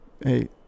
hey